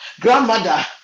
grandmother